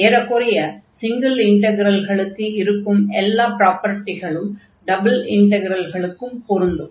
ஏறக்குறைய சிங்கில் இன்டக்ரல்களுக்கு இருக்கும் ப்ராப்பர்டிகள் அனைத்தும் டபுள் இன்டக்ரல்களுக்கும் பொருந்தும்